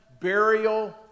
burial